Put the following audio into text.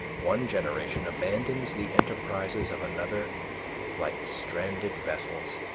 one generation abandons the enterprises of another like stranded vessels.